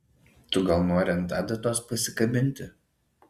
tu gal nori ant adatos pasikabinti